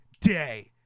day